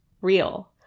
real